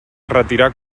retirà